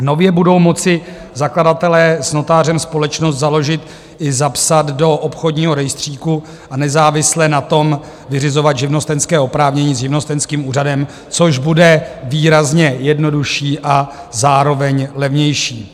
Nově budou moci zakladatelé s notářem společnost založit i zapsat do obchodního rejstříku a nezávisle na tom vyřizovat živnostenské oprávnění živnostenským úřadem, což bude výrazně jednodušší a zároveň levnější.